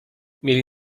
mieli